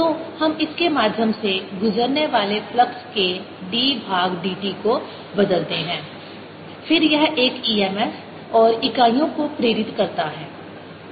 तो हम इसके माध्यम से गुजरने वाले फ्लक्स के d भाग d t को बदलते हैं फिर यह एक e m f और इकाइयों को प्रेरित करता है